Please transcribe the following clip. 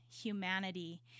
humanity